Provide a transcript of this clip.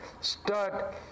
start